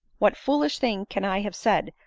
what foolish thing can i have said,